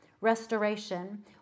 restoration